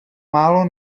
málo